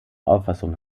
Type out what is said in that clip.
auffassung